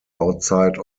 outside